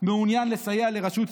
מעוניין לסייע לרשות ספציפית,